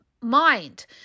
mind